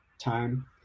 time